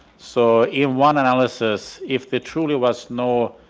so in one analysis if there truly was no,